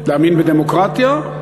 להאמין בדמוקרטיה,